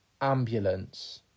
ambulance